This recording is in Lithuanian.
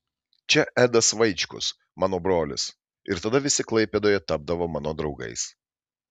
čia edas vaičkus mano brolis ir tada visi klaipėdoje tapdavo mano draugais